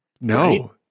No